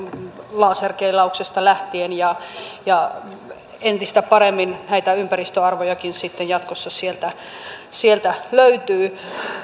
laserkeilauksesta lähtien ja ja entistä paremmin näitä ympäristöarvojakin sitten jatkossa sieltä sieltä löytyy